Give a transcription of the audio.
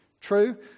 True